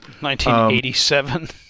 1987